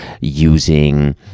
using